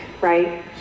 right